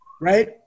right